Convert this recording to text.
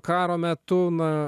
karo metu na